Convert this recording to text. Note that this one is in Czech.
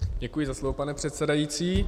Děkuji za slovo, pane předsedající.